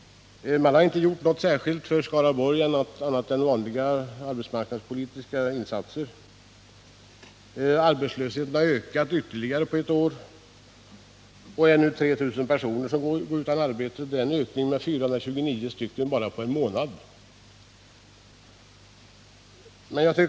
Den gjorde inte någonting annat för Skaraborgs län än vanliga arbetsmarknadspolitiska insatser. Arbetslösheten har ytterligare ökat. 3 000 personer går nu utan arbete i Skaraborgs län. Det är en ökning med 429 personer på bara en månad.